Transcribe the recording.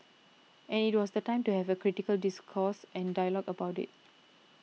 and it was the time to have critical discourse and dialogue about it